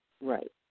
right